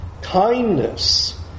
kindness